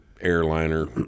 airliner